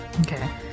Okay